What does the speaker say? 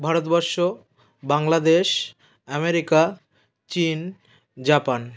Bharatvarsha Bangladesh America চীন Japan